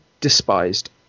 despised